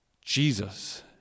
Jesus